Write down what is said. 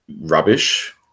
rubbish